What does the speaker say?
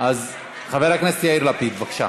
חבר הכנסת יאיר לפיד, בבקשה,